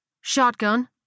Shotgun